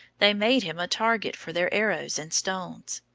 they made him a target for their arrows and stones.